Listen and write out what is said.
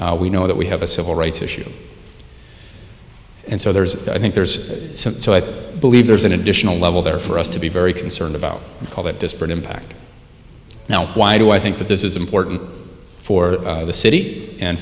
race we know that we have a civil rights issue and so there's i think there's so i believe there's an additional level there for us to be very concerned about all that disparate impact now why do i think that this is important for the city and